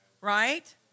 Right